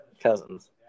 Cousins